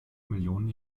millionen